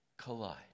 collide